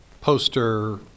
poster